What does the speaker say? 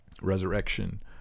Resurrection